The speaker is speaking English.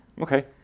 Okay